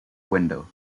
window